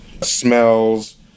smells